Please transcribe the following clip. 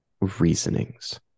reasonings